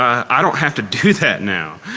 i don't have to do that now.